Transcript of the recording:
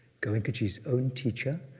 goenkaji's own teacher,